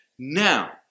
Now